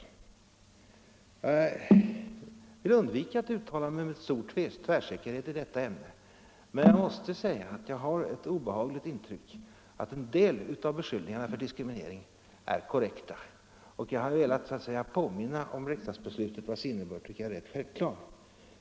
Jag vill undvika att uttala mig med stor tvärsäkerhet i detta ämne, men jag har ett obehagligt intryck av att en del av beskyllningarna för diskriminering är korrekta. Jag har därför velat påminna om riksdagsbeslutet, vars innebörd jag tycker är rätt självklar.